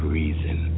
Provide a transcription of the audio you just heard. reason